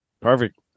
Perfect